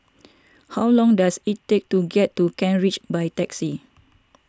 how long does it take to get to Kent Ridge by taxi